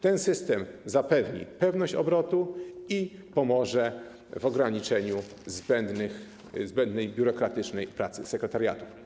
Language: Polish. Ten system zapewni pewność obrotu i pomoże w ograniczeniu zbędnej biurokratycznej pracy sekretariatów.